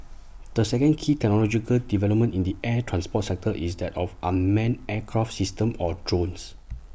the second key technological development in the air transport sector is that of unmanned aircraft systems or drones